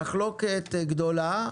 ובמחלוקת גדולה.